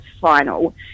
final